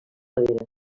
ramadera